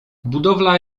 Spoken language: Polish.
budowla